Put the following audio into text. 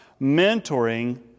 mentoring